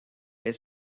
est